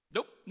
Nope